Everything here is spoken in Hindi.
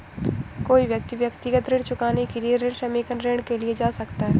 कोई व्यक्ति व्यक्तिगत ऋण चुकाने के लिए ऋण समेकन ऋण के लिए जा सकता है